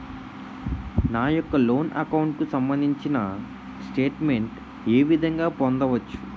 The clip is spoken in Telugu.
నా యెక్క లోన్ అకౌంట్ కు సంబందించిన స్టేట్ మెంట్ ఏ విధంగా పొందవచ్చు?